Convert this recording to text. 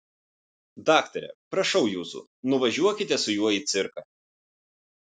daktare prašau jūsų nuvažiuokite su juo į cirką